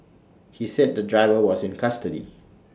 he said the driver was in custody